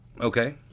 Okay